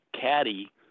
caddy